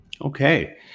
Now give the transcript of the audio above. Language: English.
Okay